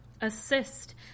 Assist